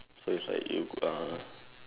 so it's like you uh